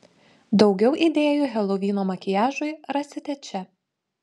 daugiau idėjų helovyno makiažui rasite čia